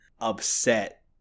upset